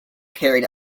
carried